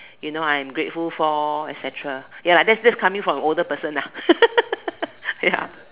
you know I'm grateful for etcetra ya lah that's that's coming from an older person ah ya